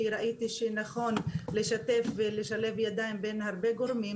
כי ראיתי שנכון לשתף ולשלב ידיים בין הרבה גורמים,